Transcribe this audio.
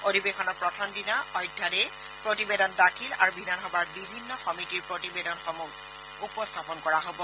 অধিৱেশনৰ প্ৰথম দিনা অধ্যাদেশ প্ৰতিবেদন দাখিল আৰু বিধানসভাৰ বিভিন্ন সমিতিৰ প্ৰতিবেদনসমূহ উপস্থাপন কৰা হব